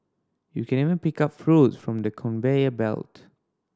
you can even pick up fruits from the conveyor belt